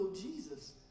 Jesus